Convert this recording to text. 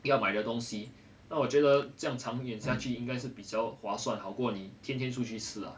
要买的东西那我觉得这样长远下去应该是比较划算好过你天天出去吃